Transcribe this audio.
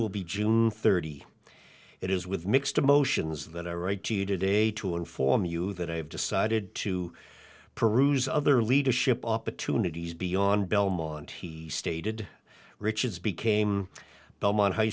will be june thirty it is with mixed emotions that i write to you today to inform you that i have decided to peruse other leadership opportunities beyond belmont he stated riches became belmont high